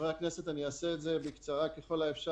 חברי הכנסת, אני אעשה את זה בקצרה ככל האפשר.